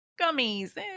gummies